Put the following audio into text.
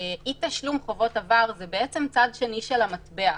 אי תשלום חובות עבר זה בעצם צד שני של המטבע,